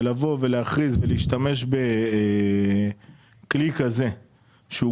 להשתמש בכלי כזה בשוק כזה מצומצם,